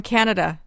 Canada